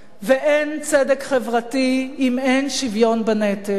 ואין צדק חברתי אם אין שוויון בנטל.